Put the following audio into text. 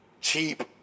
cheap